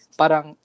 parang